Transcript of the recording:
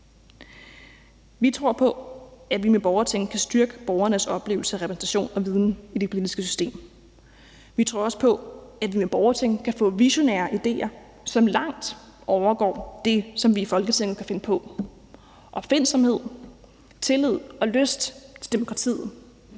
Vi tror på, at vi med borgerting kan styrke borgernes oplevelse af repræsentation og viden i det politiske system. Vi tror også på, at vi med borgerting kan få visionære idéer, som langt overgår det, som vi i Folketinget kan finde på. Opfindsomhed, tillid og lyst til demokratiet